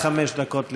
עד חמש דקות לרשותך.